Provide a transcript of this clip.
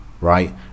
right